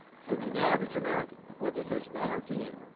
so to the average american, what does this matter to you?